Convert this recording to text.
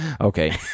okay